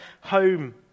home